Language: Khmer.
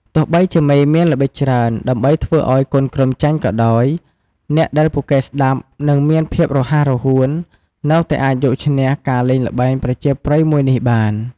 ទោះបីជាមេមានល្បិចច្រើន ដើម្បីធ្វើឱ្យកូនក្រុមចាញ់ក៏ដោយ អ្នកដែលពូកែស្ដាប់ និង មានភាពរហ័សរហួននៅតែអាចយកឈ្នះការលែងល្បែងប្រជាប្រិយមួយនេះបាន។